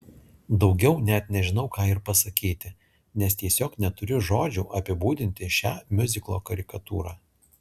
daugiau net nežinau ką ir pasakyti nes tiesiog neturiu žodžių apibūdinti šią miuziklo karikatūrą